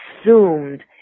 assumed